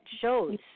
shows